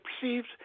perceived